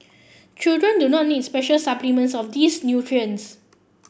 children do not need special supplements of these nutrients